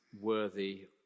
worthy